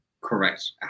Correct